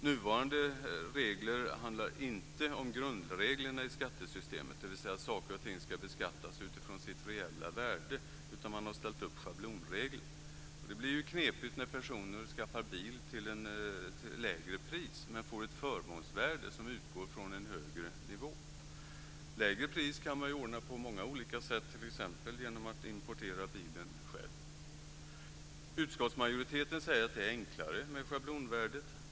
Nuvarande regler utgår inte från grundreglerna i skattesystemet, dvs. att saker och ting ska beskattas utifrån sitt reella värde, utan man har ställt upp schablonregler. Det blir ju knepigt när personer skaffar bil till ett lägre pris men får ett förmånsvärde som utgår från en högre nivå. Lägre pris kan man ordna på många olika sätt, t.ex. genom att importera bilen själv. Utskottsmajoriteten säger att det är enklare med schablonvärdet.